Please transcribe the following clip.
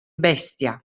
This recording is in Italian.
bestia